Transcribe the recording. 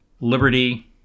liberty